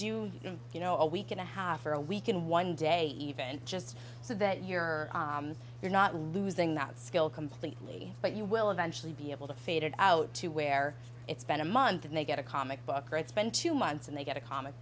do you know a week and a half or a week in one day event just so that you're you're not losing that skill completely but you will eventually be able to faded out to where it's been a month and they get a comic book or it's been two months and they get a comic